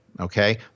okay